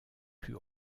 plus